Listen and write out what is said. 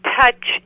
touch